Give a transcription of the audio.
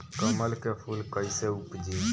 कमल के फूल कईसे उपजी?